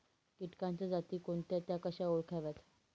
किटकांच्या जाती कोणत्या? त्या कशा ओळखाव्यात?